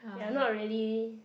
they're not really